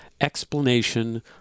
explanation